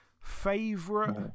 Favorite